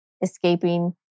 Escaping